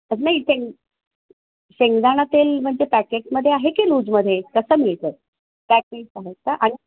नाही शेंग शेंगदाणा तेल म्हणजे पॅकेटमध्ये आहे की लूजमध्ये कसं मिळतं पॅकेज आहे का आणि